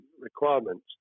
requirements